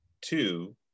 Two